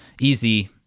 easy